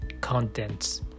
contents